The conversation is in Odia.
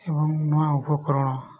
ଏବଂ ନୂଆ ଉପକରଣ